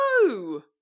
No